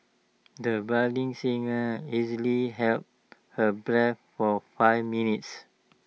the budding singer easily held her breath for five minutes